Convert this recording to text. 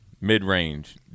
Mid-range